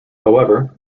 however